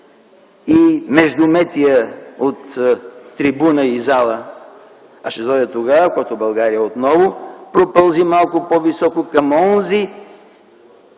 и междуметия от трибуна и зала, а ще дойде тогава, когато България отново пропълзи малко по-високо към онзи